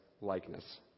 likeness